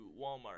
Walmart